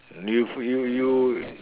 you you you